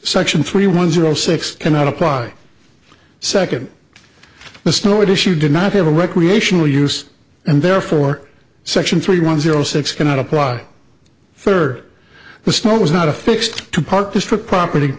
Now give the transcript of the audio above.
section three one zero six cannot apply second the snow issue did not have a recreational use and therefore section three one zero six cannot apply third the store was not affixed to park district property